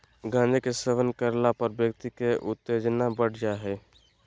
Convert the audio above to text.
गांजा के सेवन करला पर व्यक्ति के उत्तेजना बढ़ जा हइ